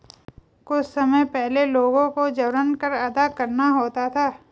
कुछ समय पहले लोगों को जबरन कर अदा करना होता था